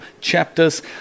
chapters